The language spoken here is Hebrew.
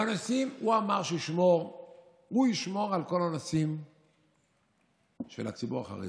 הוא אמר שהוא ישמור על כל הנושאים של הציבור החרדי.